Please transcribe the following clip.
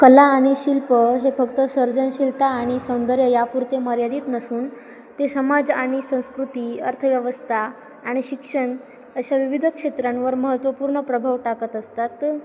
कला आणि शिल्प हे फक्त सर्जनशीलता आणि सौंदर्य यापुरते मर्यादित नसून ते समाज आणि संस्कृती अर्थव्यवस्था आणि शिक्षण अशा विविध क्षेत्रांवर महत्त्वपूर्ण प्रभाव टाकत असतात